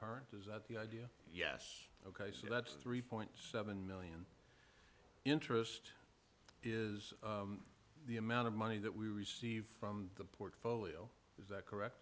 current is that the idea yes ok so that's three point seven million interest is the amount of money that we receive from the portfolio is that correct